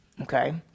Okay